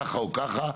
ככה או ככה.